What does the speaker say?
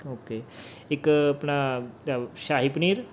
okay ਇੱਕ ਆਪਣਾ ਸ਼ਾਹੀ ਪਨੀਰ